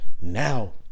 Now